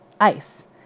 ice